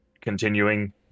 continuing